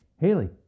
Haley